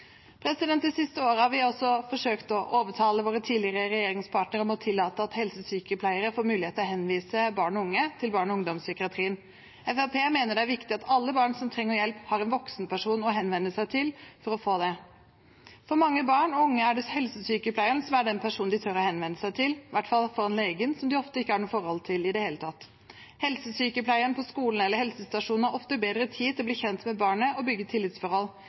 De siste årene har vi også forsøkt å overtale våre tidligere regjeringspartnere til å tillate at helsesykepleiere får mulighet til å henvise barn og unge til barne- og ungdomspsykiatrien. Fremskrittspartiet mener det er viktig at alle barn som trenger hjelp, har en voksenperson å henvende seg til for å få det. For mange barn og unge er det helsesykepleieren som er den personen de tør å henvende seg til – i hvert fall framfor legen, som de ofte ikke har noe forhold til i det hele tatt. Helsesykepleieren på skolen eller helsestasjonen har ofte bedre tid til å bli kjent med barnet og bygge et tillitsforhold.